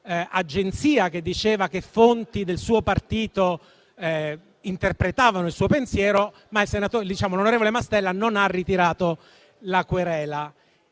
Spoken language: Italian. un'agenzia che diceva che fonti del suo partito interpretavano il suo pensiero, ma l'onorevole Mastella non ha ritirato la querela,